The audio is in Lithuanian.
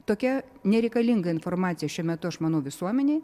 tokia nereikalinga informacija šiuo metu aš manau visuomenei